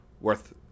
worth